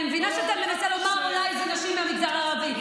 אני מבינה שאתה מנסה לומר שאולי אלו נשים מהמגזר הערבי.